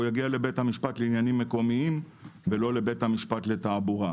הוא יגיע לבית המשפט לעניינים מקומיים ולא לבית משפט לתעבורה,